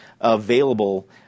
available